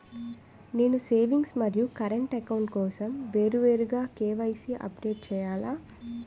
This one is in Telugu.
నేను సేవింగ్స్ మరియు కరెంట్ అకౌంట్ కోసం వేరువేరుగా కే.వై.సీ అప్డేట్ చేయాలా?